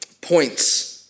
Points